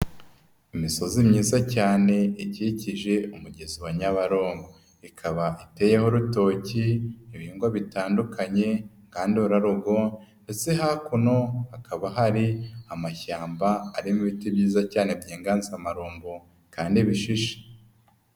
Imisozi myiza cyane ikikije umugezi wa nyabarongo, ikaba iteyeho urutoki, ibigwa bitandukanye ngandurarugo, ndetse hakuno hakaba hari amashyamba arimo ibiti byiza cyane by'inganzamarumbo kandi bishishe.